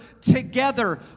together